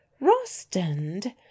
rostand